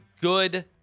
good